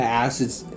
acids